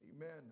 Amen